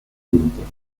grupos